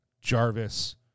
Jarvis